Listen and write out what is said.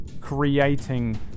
creating